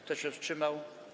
Kto się wstrzymał?